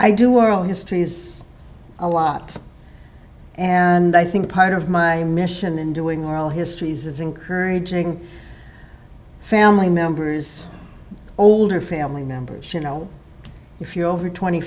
i do oral histories a lot and i think part of my mission in doing oral histories is encouraging family members older family members you know if you're over twenty